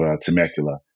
Temecula